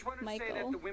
Michael